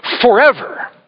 forever